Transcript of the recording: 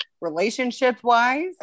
relationship-wise